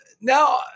Now